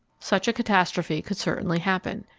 such a catastrophe could certainly happen.